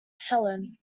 helene